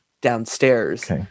downstairs